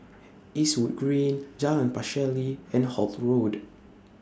Eastwood Green Jalan Pacheli and Holt Road